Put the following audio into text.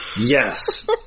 Yes